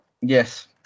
Yes